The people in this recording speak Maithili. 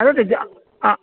अरे तऽ जा